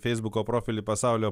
feisbuko profilį pasaulio